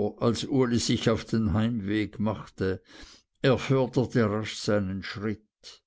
als uli sich auf den heimweg machte er förderte rasch seinen schritt